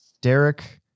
Derek